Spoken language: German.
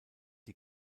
die